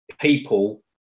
people